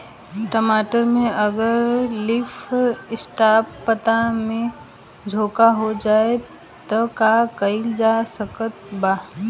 टमाटर में अगर लीफ स्पॉट पता में झोंका हो जाएँ त का कइल जा सकत बा?